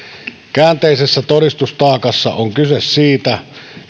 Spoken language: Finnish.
käänteisessä todistustaakassa on kyse siitä